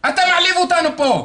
אתה מעליב אותנו כאן.